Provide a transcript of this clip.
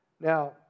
Now